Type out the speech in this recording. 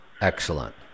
Excellent